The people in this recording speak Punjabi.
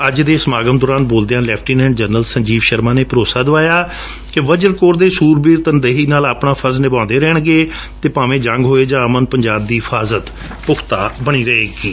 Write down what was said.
ਅੱਜ ਦੇ ਸਮਾਗਮ ਦੌਰਾਨ ਬੋਲਦਿਆਂ ਲੈਫਟੀਨੈਂਟ ਜਨਰਲ ਸੰਜੀਵ ਸ਼ਰਮਾ ਨੇ ਭਰੋਸਾ ਦਵਾਇਆ ਕਿ ਵਜਰਾ ਕੋਰ ਦੇ ਸੂਰਬੀਰ ਤਨਦੇਹੀ ਨਾਲ ਆਪਣੇ ਫਰਜ ਨਿਭਾਉਂਦੇ ਰਹਿਣਗੇ ਅਤੇ ਭਾਵੇਂ ਜੰਗ ਹੋਵੇ ਜਾਂ ਅਮਨ ਪੰਜਾਬ ਦੀ ਹਿਫਾਜਤ ਪੁਖਤਾ ਬਣੀ ਰਹੇਗੀ